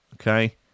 okay